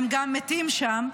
הם גם מתים שם,